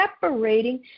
separating